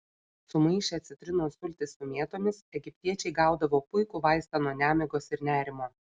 sumaišę citrinos sultis su mėtomis egiptiečiai gaudavo puikų vaistą nuo nemigos ir nerimo